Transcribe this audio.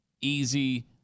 easy